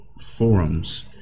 forums